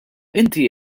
inti